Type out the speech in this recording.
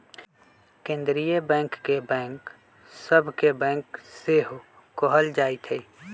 केंद्रीय बैंक के बैंक सभ के बैंक सेहो कहल जाइ छइ